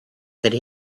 could